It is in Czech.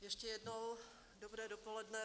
Ještě jednou dobré dopoledne.